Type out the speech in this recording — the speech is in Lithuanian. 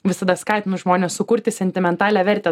visada skatinu žmones sukurti sentimentalią vertę